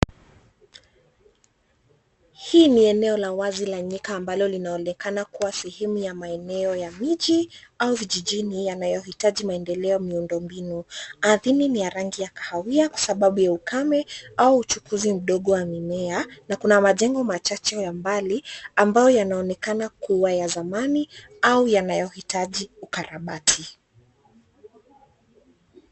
Hii ni eneo la uwazi la nyika ambalo linaonekana kuwa sehemu ya maeneo ya miji au vijijini yanayohitaji maendeleo miundo mbinu. Ardhini ni ya rangi ya kahawia kwa sababu ya ukame au uchukuzi mdogo wa mimea na kuna majengo machache ya mbali ambayo yanaonekana kuwa ya zamani au yanayohitaji ukarabati.